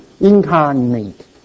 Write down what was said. incarnate